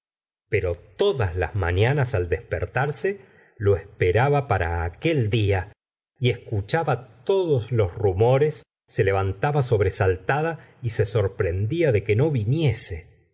pero todas las mafianas al despertarse lo esperaba para aquel día y escuchaba todos los rumores se levantaba sobresaltada y se sorprendía de que no viniese